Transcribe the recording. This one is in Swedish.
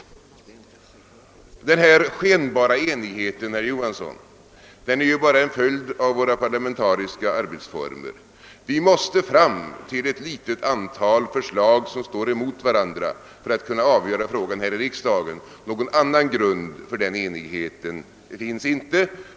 Den skenbara enigheten, herr Johansson, är ju bara en följd av våra parlamentariska arbetsformer. Vi måste få fram ett litet antal förslag, som står emot varandra, för att kunna avgöra frågan här i riksdagen. Någon annan grund för den enigheten finns inte.